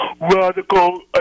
radical